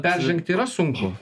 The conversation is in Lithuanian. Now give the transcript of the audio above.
peržengt yra sunku